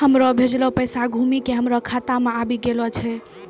हमरो भेजलो पैसा घुमि के हमरे खाता मे आबि गेलो छै